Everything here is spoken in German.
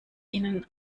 ihnen